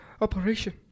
operation